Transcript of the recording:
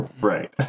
Right